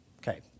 okay